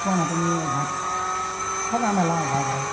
খোৱা নাটনিৰ অভাৱ থকা মেলা অভাৱ হয়